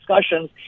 discussions